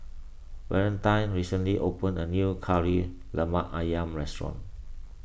Valentine recently opened a new Kari Lemak Ayam restaurant